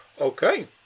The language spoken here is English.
Okay